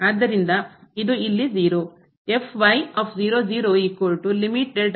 ಆದ್ದರಿಂದ ಇದು ಇಲ್ಲಿ 0